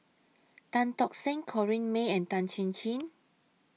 Tan Tock Seng Corrinne May and Tan Chin Chin